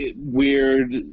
weird